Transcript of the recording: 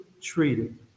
treated